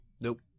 Nope